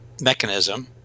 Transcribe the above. mechanism